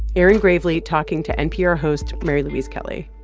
erin gravley talking to npr host mary louise kelly.